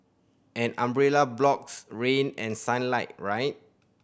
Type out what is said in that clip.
an umbrella blocks rain and sunlight right